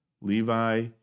Levi